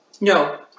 No